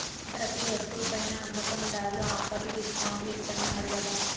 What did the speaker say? ప్రతి వస్తువు పైనా అమ్మకందార్లు ఆఫర్లు డిస్కౌంట్లు ఇత్తన్నారు గదా